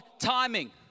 timing